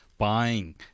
Buying